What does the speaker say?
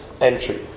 entry